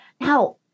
Now